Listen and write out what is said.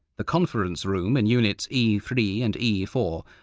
the conference room in units e three and e four,